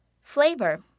Flavor